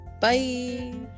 bye